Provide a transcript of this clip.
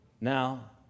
Now